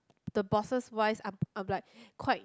the bosses wise I'll I'll be like quite